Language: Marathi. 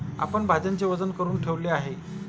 आपण भाज्यांचे वजन करुन ठेवले आहे